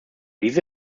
diese